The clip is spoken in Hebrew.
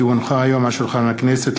כי הונחה היום על שולחן הכנסת,